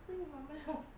where your ma~ malam